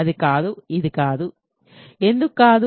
అది కాదు ఇది కాదు ఎందుకు కాదు